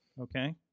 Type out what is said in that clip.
Okay